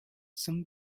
some